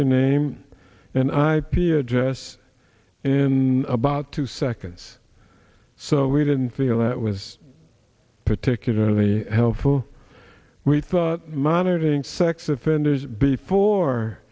rname and ip address in about two seconds so we didn't feel that was particularly helpful we thought monitoring sex offenders before